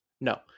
No